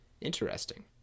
Interesting